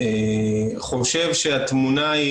כל בעלות שמעוניינת לעשות את זה יכולה לעשות זאת.